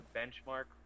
benchmark